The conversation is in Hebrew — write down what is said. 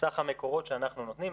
סך המקורות שאנחנו נותנים.